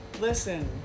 Listen